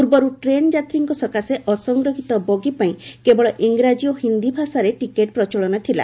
ପୂର୍ବରୁ ଟ୍ରେନ ଯାତ୍ରୀଙ୍କ ସକାଶେ ଅସଂରକ୍ଷିତ ବଗି ପାଇଁ କେବଳ ଇଂରାଜୀ ଓ ହିନ୍ଦି ଭାଷା ଟିକେଟ ପ୍ରଚଳନ ଥିଲା